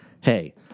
Hey